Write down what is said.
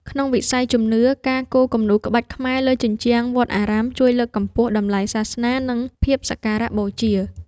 ក្នុងវិស័យជំនឿ ការគូរគំនូរក្បាច់ខ្មែរលើជញ្ជាំងវត្តអារាមជួយលើកកម្ពស់តម្លៃសាសនា និងភាពសក្ការៈបូជា។